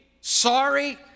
sorry